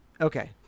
okay